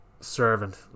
Servant